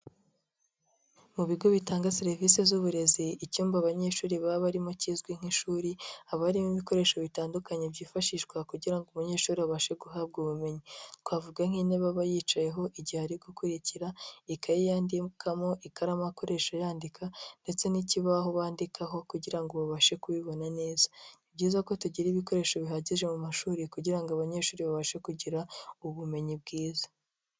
Mu bigo bitanga serivisi z'uburezi, icyumba abanyeshuri baba barimo kizwi nk'ishuri. Haba harimo ibikoresho bitandukanye byifashishwa kugira ngo umunyeshuri babashe guhabwa ubumenyi. Twavuga nk'intebe aba yicayeho igihe ari gukurikira, ikayi yandikamo, ikaramu akoresha yandika ndetse n'ikibaho bandikaho kugira ngo babashe kubibona neza. Ni byiza ko tugira ibikoresho bihagije mu mashuri kugira ngo abanyeshuri babashe kugira ubumenyi bwiza.